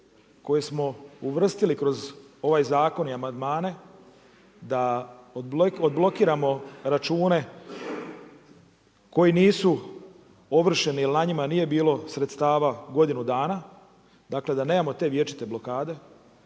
koje smo uvrstili kroz ovaj zakon i amandmane, da odblokiramo račune koji nisu ovršeni ili na njima nije bilo sredstava godinu dana, dakle da nemamo te vječite blokade,